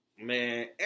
man